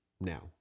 now